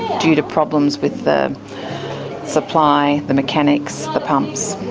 due to problems with the supply, the mechanics, the pumps.